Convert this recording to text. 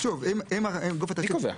מי קובע?